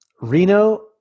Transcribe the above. Reno